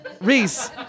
Reese